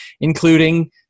including